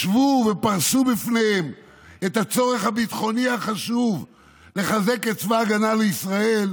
ישבו ופרסו בפניהם את הצורך הביטחוני החשוב לחזק את צבא ההגנה לישראל,